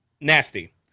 nasty